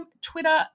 Twitter